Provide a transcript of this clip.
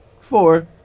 Four